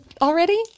Already